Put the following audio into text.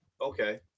Okay